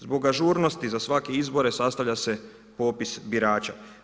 Zbog ažurnosti za svake izbore sastavlja se popis birača.